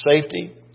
safety